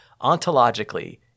ontologically